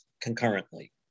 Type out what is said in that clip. concurrently